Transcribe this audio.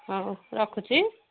ହଉ ରଖୁଛି